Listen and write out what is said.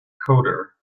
coder